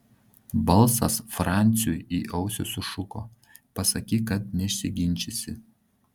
balsas franciui į ausį sušuko pasakyk kad nesiginčysi